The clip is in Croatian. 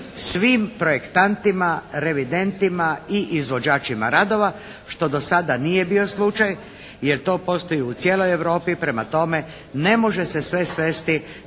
svim projektantima, revidentima i izvođačima radova što do sada nije bio slučaj jer to postoji u cijeloj Europi. Prema tome ne može se sve svesti